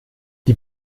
die